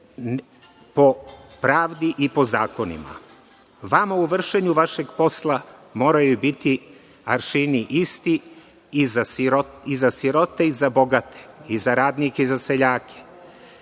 po pravdi i po zakonima. Vama u vršenju vašeg posla moraju biti aršini isti i za sirote i za bogate, i za radnike i za seljake,